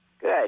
Good